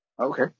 Okay